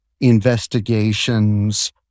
investigations